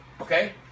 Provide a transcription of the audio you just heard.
okay